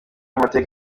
mateka